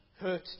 Hurt